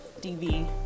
dv